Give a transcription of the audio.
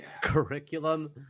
Curriculum